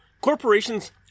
corporations